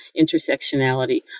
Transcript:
intersectionality